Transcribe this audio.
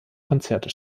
konzerte